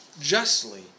justly